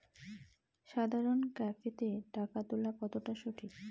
সাধারণ ক্যাফেতে টাকা তুলা কতটা সঠিক?